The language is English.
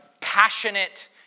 passionate